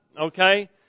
Okay